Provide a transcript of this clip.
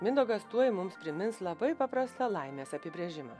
mindaugas tuoj mums primins labai paprasta laimės apibrėžimą